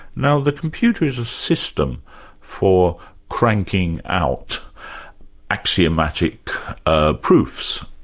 now the computer is a system for cranking out axiomatic ah proofs.